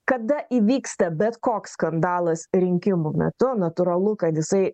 kada įvyksta bet koks skandalas rinkimų metu natūralu kad jisai